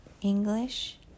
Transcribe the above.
English